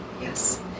Yes